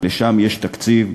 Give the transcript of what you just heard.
לשם יש תקציב,